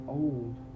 old